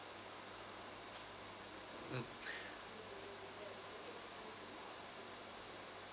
mm